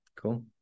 Cool